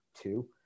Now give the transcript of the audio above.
two